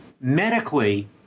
Medically